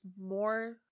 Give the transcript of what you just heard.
more